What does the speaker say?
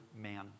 man